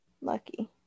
Lucky